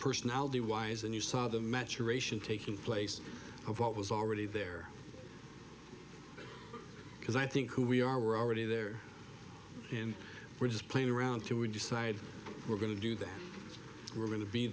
personality wise and you saw the maturation taking place of what was already there because i think who we are we're already there and we're just playing around till we decide we're going to do that we're going to be